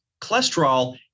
cholesterol